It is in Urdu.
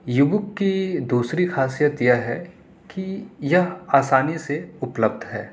یو بک کی دوسری خاصیت یہ ہے کہ یہ آسانی سے اپلبدھ ہے